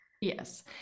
Yes